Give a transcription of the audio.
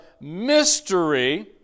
mystery